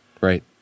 right